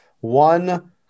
One